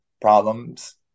problems